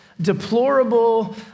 deplorable